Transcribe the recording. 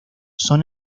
son